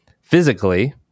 physically